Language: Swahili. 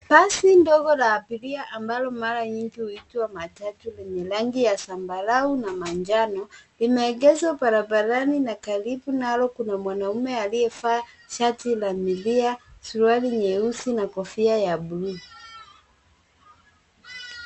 Basi ndogo la abiria ambalo mara nyingi huitwa matatu lenye rangi ya zambarau na manjano limeegezwa barabarani na karibu nalo kuna mwanaume aliyevaa shati la milia suruali nyeusi na kofia ya buluu.